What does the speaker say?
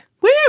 Woo